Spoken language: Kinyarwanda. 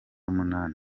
munani